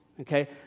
okay